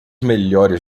melhores